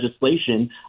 legislation